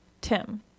Tim